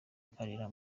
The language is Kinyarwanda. akarira